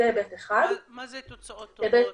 מה זה תוצאות טובות?